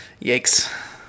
Yikes